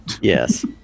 Yes